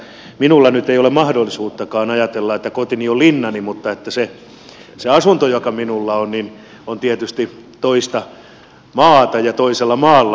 minulla nyt ei ole mahdollisuuttakaan ajatella että kotini on linnani mutta se asunto joka minulla on on tietysti toista maata ja toisella maalla